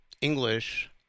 English